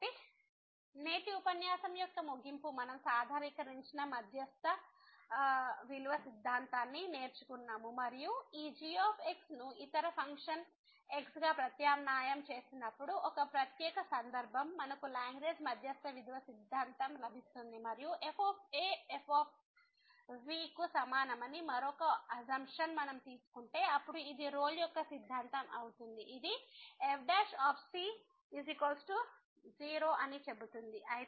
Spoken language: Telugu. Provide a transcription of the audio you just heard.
కాబట్టి నేటి ఉపన్యాసం యొక్క ముగింపు మనం సాధారణీకరించిన మధ్యస్థ విలువ సిద్ధాంతాన్ని నేర్చుకున్నాము మరియు ఈ g ను ఇతర ఫంక్షన్ x గా ప్రతిక్షేపించనప్పుడు ఒక ప్రత్యేక సందర్భం మనకు లాగ్రేంజ్ మధ్యస్థ విలువ సిద్ధాంతం లభిస్తుంది మరియు f f కు సమానమని మరొక అసంప్షన్ మనం తీసుకుంటే అప్పుడు ఇది రోల్ యొక్క సిద్ధాంతం అవుతుంది ఇదిfc0 అని చెబుతుంది